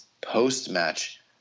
post-match